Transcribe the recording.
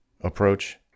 approach